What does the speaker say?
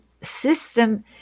system